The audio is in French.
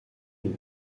une